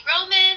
Roman